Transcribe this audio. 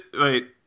Wait